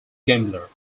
gambler